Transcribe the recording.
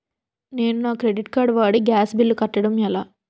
నేను నా credit card వాడి గ్యాస్ బిల్లు కట్టడం ఎలా?